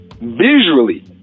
visually